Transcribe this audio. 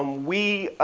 um we,